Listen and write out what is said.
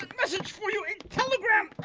like message for you, a telegram.